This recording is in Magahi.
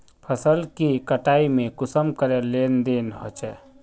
फसल के कटाई में कुंसम करे लेन देन होए?